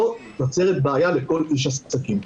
זה יוצר בעיה לכל איש עסקים.